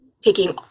taking